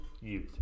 Youth